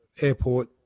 airport